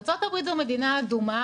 ארצות הברית זו מדינה אדומה,